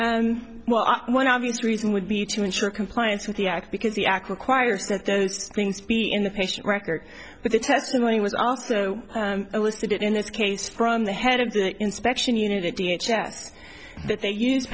and well one obvious reason would be to ensure compliance with the act because the act requires that those things be in the patient record but the testimony was also elicited in this case from the head of the inspection unit d h s that they use